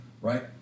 Right